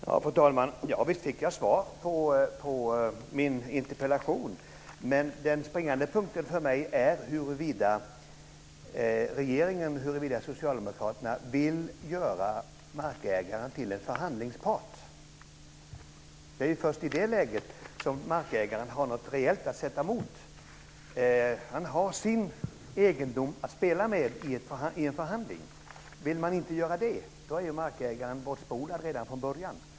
Fru talman! Ja, visst fick jag svar på min interpellation, men den springande punkten för mig är huruvida regeringen och Socialdemokraterna vill göra markägaren till en förhandlingspart. Det är i först i det läget som markägaren har något reellt att sätta emot. Han har sin egendom att spela med i en förhandling. Vill man inte göra det är markägaren bortspolad redan från början.